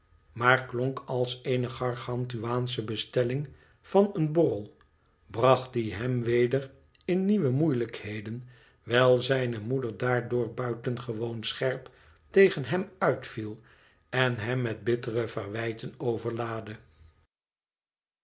maar klonk als eene gargantuaansche bestellmg van een borrel bracht die hem weder in nieuwe moeilijkheden wijl zijne moeder daardoor buitengewoon scherp tegen hem uitviel en hem met bittere verwijten overlaadde